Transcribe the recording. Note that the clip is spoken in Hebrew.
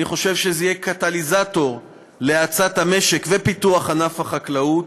אני חושב שזה יהיה קטליזטור להאצת המשק ופיתוח ענף החקלאות.